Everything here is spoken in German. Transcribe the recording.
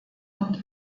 und